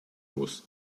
was